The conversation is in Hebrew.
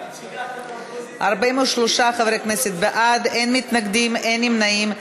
43 חברי כנסת בעד, אין מתנגדים, אין נמנעים.